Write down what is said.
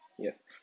Yes